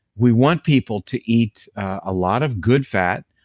we want people to eat a lot of good fat,